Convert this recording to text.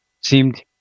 seemed